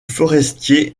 forestier